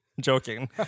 joking